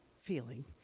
feeling